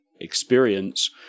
experience